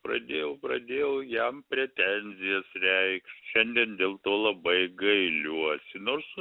pradėjau pradėjau jam pretenzijas reikšt šiandien dėl to labai gailiuosi nors